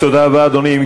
תודה רבה, אדוני.